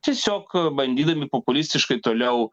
tiesiog bandydami populistiškai toliau